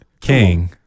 King